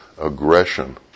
aggression